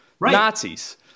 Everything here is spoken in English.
Nazis